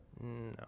No